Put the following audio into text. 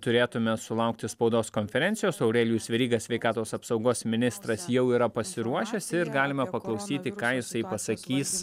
turėtume sulaukti spaudos konferencijos aurelijus veryga sveikatos apsaugos ministras jau yra pasiruošęs ir galima paklausyti ką jisai pasakys